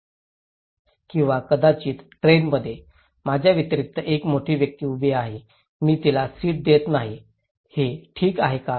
किंवा कदाचित ट्रेनमध्ये माझ्याव्यतिरिक्त एक मोठी व्यक्ती उभी आहे मी तिला सीट देत नाही हे ठीक आहे का